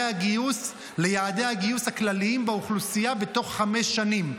הגיוס ליעדי הגיוס הכלליים באוכלוסייה בתוך חמש שנים.